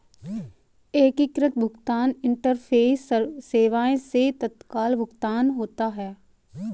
एकीकृत भुगतान इंटरफेस सेवाएं से तत्काल भुगतान होता है